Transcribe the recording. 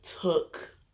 took